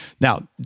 now